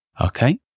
Okay